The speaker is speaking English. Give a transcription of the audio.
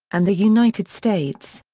and the united states.